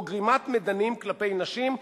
או גרימת מדנים כלפי נשים,